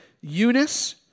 Eunice